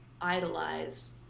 idolize